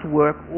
work